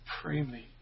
supremely